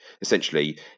essentially